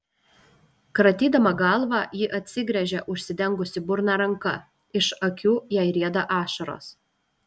kratydama galvą ji atsigręžia užsidengusi burną ranka iš akių jai rieda ašaros